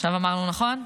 עכשיו אמרנו נכון?